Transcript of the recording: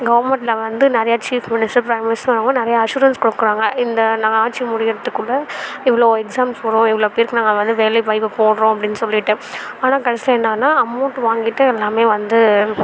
கவர்மெண்ட்ல வந்து நிறையா சீஃப் மினிஸ்டர் பிரைம் மினிஸ்டர் அவங்க நிறைய அசுரன்ஸ் கொடுக்குறாங்க இந்த நான் ஆட்சி முடியிறதுக்குள்ளே இவ்வளோ எக்ஸாம்ஸ் போடுறோம் இவ்ள பேருக்கு நாங்கள் வேலைவாய்ப்பை போடுறோம் அப்படின்னு சொல்லிவிட்டு ஆனால் கடைசியா என்னானா அமௌண்ட் வாங்கிவிட்டு எல்லாமே வந்து